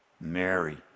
Mary